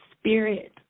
spirit